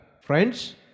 Friends